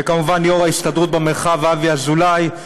וכמובן ליו"ר ההסתדרות במרחב אבי אזולאי,